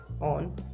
on